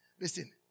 Listen